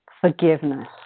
Forgiveness